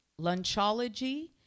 Lunchology